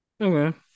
okay